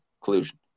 collusion